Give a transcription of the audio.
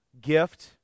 gift